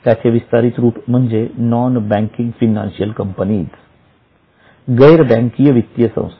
त्याचे विस्तारित रूप म्हणजे नॉन बँकिंग फिनान्शियल कंपनीज गैरबँकीय वित्तीय संस्था